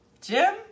Jim